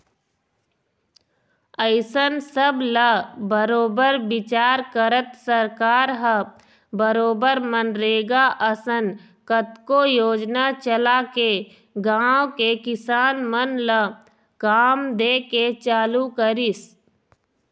अइसन सब ल बरोबर बिचार करत सरकार ह बरोबर मनरेगा असन कतको योजना चलाके गाँव के किसान मन ल काम दे के चालू करिस